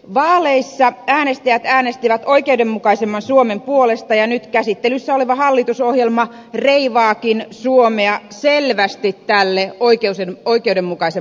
vaaleissa äänestäjät äänestivät oikeudenmukaisemman suomen puolesta ja nyt käsittelyssä oleva hallitusohjelma reivaakin suomea selvästi tälle oikeudenmukaisemmalle tielle